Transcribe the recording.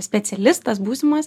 specialistas būsimas